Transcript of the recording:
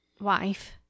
wife